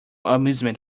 amusement